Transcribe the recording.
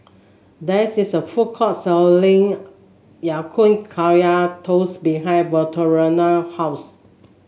there is a food court selling Ya Kun Kaya Toast behind Victoriano's house